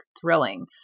thrilling